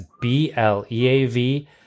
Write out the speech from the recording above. B-L-E-A-V